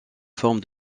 forme